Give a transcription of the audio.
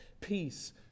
Peace